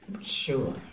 Sure